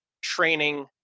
training